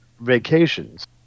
vacations